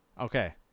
Okay